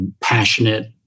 passionate